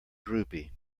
droopy